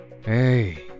Hey